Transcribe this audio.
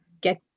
get